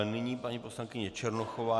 Nyní paní poslankyně Černochová.